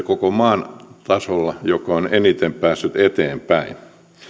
koko maan tasolla yksi niistä maalaiskunnista jotka ovat eniten päässeet eteenpäin